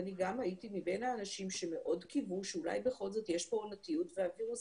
אני גם הייתי מבין האנשים שמאוד קיוו שאולי יש פה עונתיות והווירוס